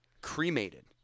cremated